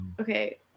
Okay